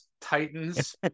Titans